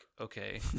okay